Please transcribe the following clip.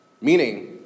Meaning